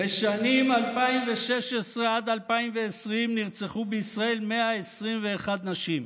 בשנים 2016 עד 2020 נרצחו בישראל 121 נשים,